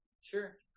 Sure